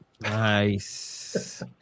nice